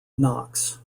knox